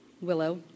Willow